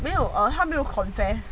没有 err 他没有 confess